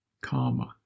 karma